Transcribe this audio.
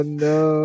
no